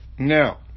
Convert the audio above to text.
now